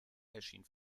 erschien